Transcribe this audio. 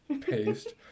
paste